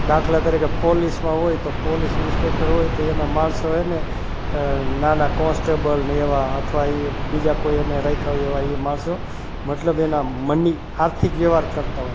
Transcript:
દાખલા તરીકે પોલીસમાં હોય તો પોલીસ ઈન્સ્પેકટર હોય તે એના માણસો એને નાના કોન્સ્ટેબલને એવા અથવા એ બીજા કોઈ એને રાખ્યા એવા એ માણસો મતલબ એના મની આર્થિક વ્યવહાર કરતાં હોય